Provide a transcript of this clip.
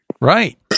Right